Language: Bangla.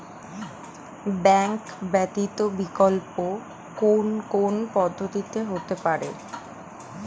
ব্যাংক ব্যতীত বিকল্প কোন কোন পদ্ধতিতে হতে পারে?